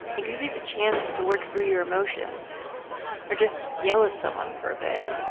it gives you the chance to work through your emotions or just yell at someone for a bit